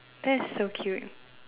that is so cute